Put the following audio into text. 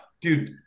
dude